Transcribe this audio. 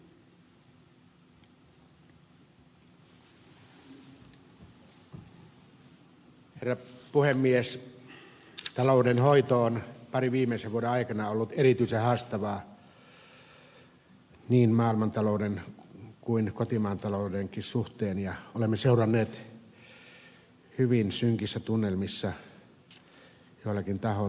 taloudenhoito on parin viimeisen vuoden aikana ollut erityisen haastavaa niin maailmantalouden kuin kotimaan taloudenkin suhteen ja olemme seuranneet hyvin synkissä tunnelmissa joillakin tahoilla mihin joudutaan